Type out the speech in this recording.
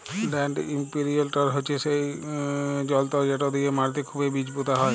land imprinter হছে সেই জলতর্ যেট দিঁয়ে মাটিতে খুবই বীজ পুঁতা হয়